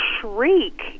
shriek